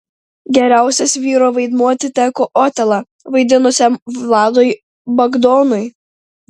geriausias vyro vaidmuo atiteko otelą vaidinusiam vladui bagdonui